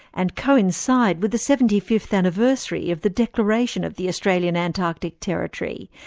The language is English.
and coincide with the seventy fifth anniversary of the declaration of the australian antarctic territory,